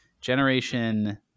Generation